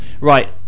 Right